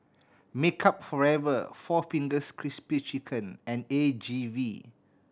Makeup Forever Four Fingers Crispy Chicken and A G V